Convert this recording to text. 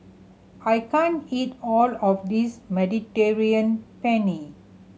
I can't eat all of this Mediterranean Penne